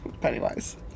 Pennywise